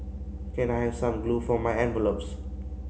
can I have some glue for my envelopes